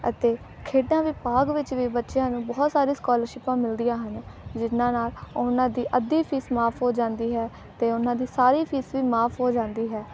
ਅਤੇ ਖੇਡਾਂ ਵਿਭਾਗ ਵਿੱਚ ਵੀ ਬੱਚਿਆਂ ਨੂੰ ਬਹੁਤ ਸਾਰੇ ਸਕੋਲਰਸ਼ਿਪਾਂ ਮਿਲਦੀਆਂ ਹਨ ਜਿਹਨਾਂ ਨਾਲ ਉਹਨਾਂ ਦੀ ਅੱਧੀ ਫੀਸ ਮਾਫ ਹੋ ਜਾਂਦੀ ਹੈ ਅਤੇ ਉਹਨਾਂ ਦੀ ਸਾਰੀ ਫੀਸ ਵੀ ਮਾਫ ਹੋ ਜਾਂਦੀ ਹੈ